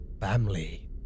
Family